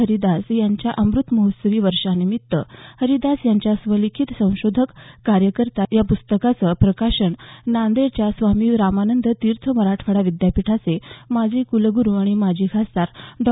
हरिदास यांच्या अमृत महोत्सवी वर्षानिमित्त हरिदास यांच्या स्वलिखित सत्यशोधक कार्यकर्ता या प्स्तकाचं प्रकाशन नांदेडच्या स्वामी रामानंद तीर्थ मराठवाडा विद्यापीठाचे माजी कुलगुरु आणि माजी खासदार डॉ